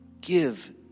give